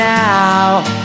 now